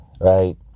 right